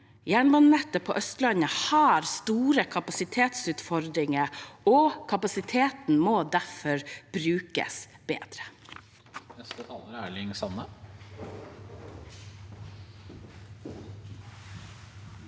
jernbanenettet på Østlandet har store kapasitetsutfordringer, og kapasiteten må derfor brukes bedre.